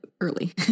early